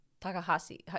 Takahashi